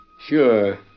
Sure